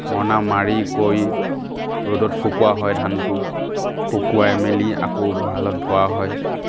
মৰণা মাৰি কৰি ৰ'দত শুকোৱা হয় ধানটো শুকোৱাই মেলি আকৌ ভঁৰালত ভৰোৱা হয়